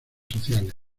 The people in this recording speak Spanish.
sociales